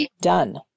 done